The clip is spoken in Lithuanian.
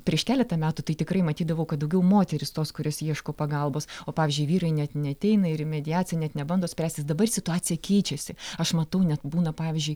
prieš keletą metų tai tikrai matydavau kad daugiau moterys tos kurios ieško pagalbos o pavyzdžiui vyrai net neateina ir į mediaciją net nebando spręstis dabar situacija keičiasi aš matau net būna pavyzdžiui